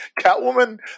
Catwoman